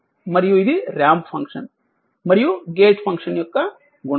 మరియు ఇది ramp function మరియు గేట్ ఫంక్షన్ యొక్క గుణకారం